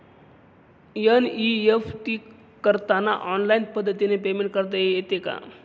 NEFT करताना online पद्धतीने payment करता येते का?